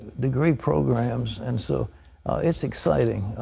degree programs and so it's exciting.